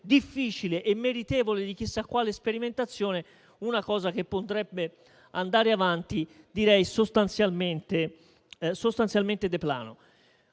difficile e meritevole di chissà quale sperimentazione una misura che potrebbe andare avanti sostanzialmente *de plano*.